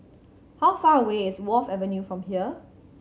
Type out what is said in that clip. how far away is Wharf Avenue from here